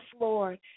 Lord